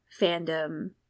fandom